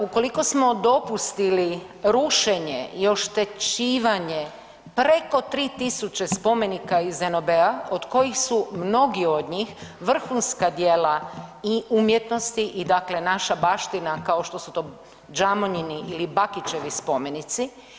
Ukoliko smo dopustili rušenje i oštećivanje preko 3 tisuće spomenika iz NOB-a od kojih su mnogi od njih vrhunska djela i umjetnosti i dakle, naša baština, kao što su to Džamonjini ili Bakićevi spomenici.